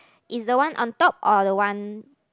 is the one on top or the one